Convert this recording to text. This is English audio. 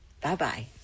Bye-bye